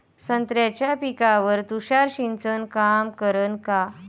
संत्र्याच्या पिकावर तुषार सिंचन काम करन का?